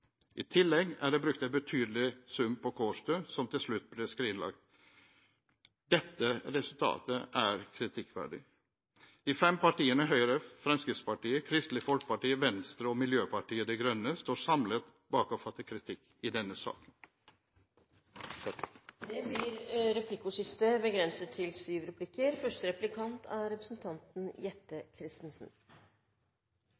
I tillegg er det brukt en betydelig sum på Kårstø, som til slutt ble skrinlagt. Dette resultatet er kritikkverdig. De fem partiene Høyre, Fremskrittspartiet, Kristelig Folkeparti, Venstre og Miljøpartiet De Grønne står samlet bak å fatte vedtak om kritikk i denne saken. Det blir replikkordskifte. Det er underlig å høre representanten